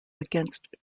against